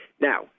Now